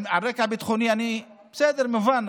בסדר, על רקע ביטחוני, בסדר, מובן.